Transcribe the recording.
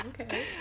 Okay